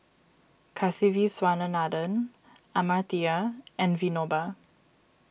Kasiviswanathan Amartya and Vinoba